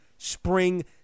Spring